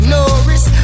Norris